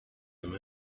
him